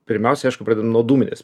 pirmiausia aišku pradedu nuo dūminės